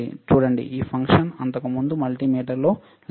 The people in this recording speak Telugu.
చూడండి ఈ ఫంక్షన్ అంతకుముందు మల్టిమీటర్లో లేదు